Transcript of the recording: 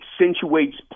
accentuates